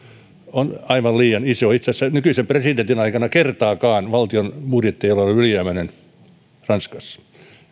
on aivan liian iso itse asiassa nykyisen presidentin aikana kertaakaan valtion budjetti ei ole ollut ylijäämäinen ranskassa